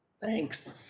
Thanks